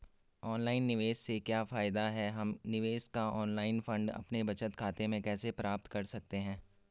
Online निवेश से क्या फायदा है हम निवेश का ऑनलाइन फंड अपने बचत खाते में कैसे प्राप्त कर सकते हैं?